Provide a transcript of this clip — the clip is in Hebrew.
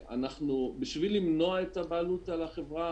בשביל למנוע את הבעלות על החברה,